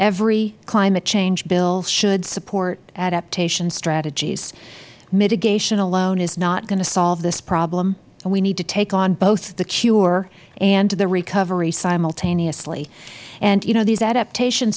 every climate change bill should support adaptation strategies mitigation alone is not going to solve this problem we need to take on both the cure and the recovery simultaneously you know these adaptation